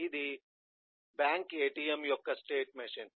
ఇది ఇది bank ATM యొక్క స్టేట్ మెషిన్